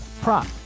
prop